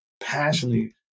passionately